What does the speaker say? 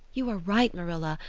you are right, marilla.